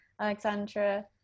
Alexandra